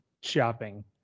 shopping